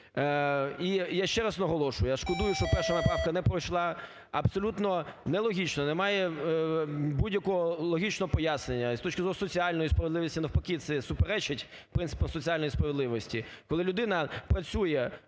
І я ще раз наголошую, я шкодую, що перша моя правка не пройшла, абсолютно не логічно, немає будь-якого логічного пояснення, з точки зору соціальної справедливості, навпаки це суперечить принципу соціальної справедливості. Коли людина працює